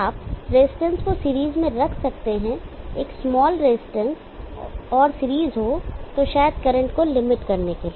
आप रजिस्टेंस को सीरीज में रख सकते हैं एक स्मॉल रेजिस्टेंस और सीरीज हो शायद करंट को लिमिट करने के लिए